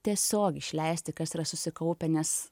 tiesiog išleisti kas yra susikaupę nes